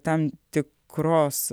tam tikros